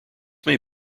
may